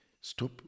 Stop